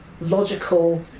logical